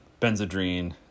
Benzedrine